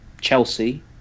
Chelsea